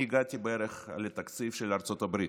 אני הגעתי בערך לתקציב של ארצות הברית,